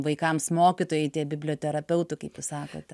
vaikams mokytojai tie biblioterapeutai kaip jūs sakote